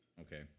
Okay